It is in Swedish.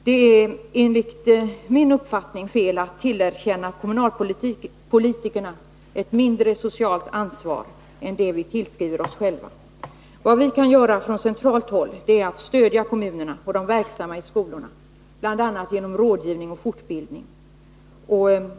Det är enligt min uppfattning fel att tillerkänna kommunalpolitikerna ett mindre socialt ansvar än vad vi tillerkänner oss själva. Vad vi kan göra från centralt håll är att stödja kommunerna och dem som är verksamma i skolorna, bl.a. genom rådgivning och fortbildning.